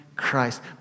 Christ